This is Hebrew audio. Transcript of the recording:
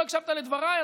לא הקשבת לדבריי.